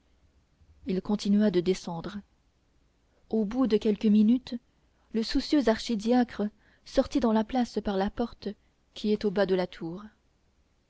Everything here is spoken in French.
il continua de descendre au bout de quelques minutes le soucieux archidiacre sortit dans la place par la porte qui est au bas de la tour